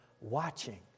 watching